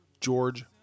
George